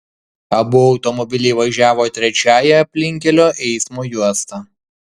abu automobiliai važiavo trečiąja aplinkkelio eismo juosta